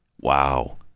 Wow